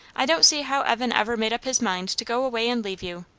i don't see how evan ever made up his mind to go away and leave you.